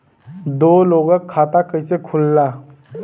दो लोगक खाता कइसे खुल्ला?